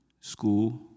school